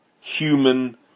human